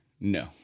No